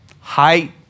Height